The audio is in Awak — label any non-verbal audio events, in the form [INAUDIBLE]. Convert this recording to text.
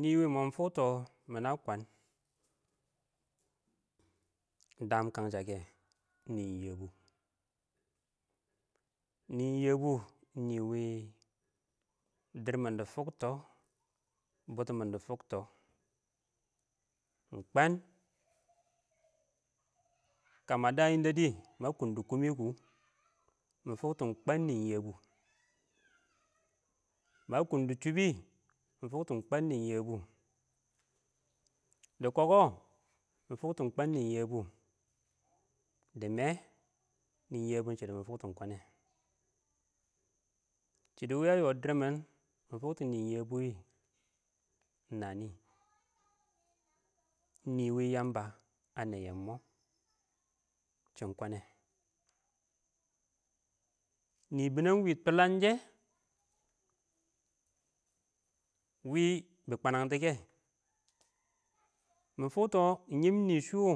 Nɪ iwi mɪ fokto mina kwɛn [NOISE] wɪɪn daam kansha kɛ ɪng nɪn-yɛ bu [NOISE] ɪng nɪn yɛbʊ ɪng nɪ wɪ nɪndɪrmɪn dɪ furkto. bʊtʊmɪn dɪ fʊktɔ [NOISE] ɪng kwan [NOISE] kə mə dəə yɛndɛrɪ mə kʊum dɪ kʊmɪ kɔ [NOISE] mɪ fokto ɪng kwɛn nɪn yɛbʊ [NOISE] mə kʊʊm dɪ chʊʊp wɪ [NOISE] dɪ kɔkɔ ɪng fʊktʊ ɪng kwən nɪng yɛbʊ [NOISE] dɪ mɛɛ nɪn yɛbʊ ɪng sɪrɪndə mʊ fʊktʊ ɪng kwaꞌn kɛ [NOISE] shɪdɔ wɪ ə yɔɔ dɪr mɪn mʊfʊktʊ nɪng yɛbʊ wɛ [NOISE] ɪng nənɪ [NOISE] nɪ wɪ yəmbə ə nɛyyɛn mɔɔ [NOISE] cɪn kwənɛ nɪn bɪnɛng ɪng wɪ tullangshwɪɪn [NOISE] wɪ bɪ kwentɔ kɛ, [NOISE] mɪ fokto ɪng yiim nɪɪn shɪwo